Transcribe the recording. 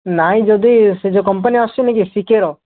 ନାଇଁ ଯଦି ସେଇ ଯେଉଁ କମ୍ପାନୀ ଆସୁନି କି ସିକେର